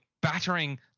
battering